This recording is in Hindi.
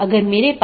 एक है स्टब